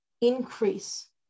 increase